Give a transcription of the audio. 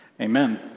Amen